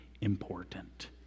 important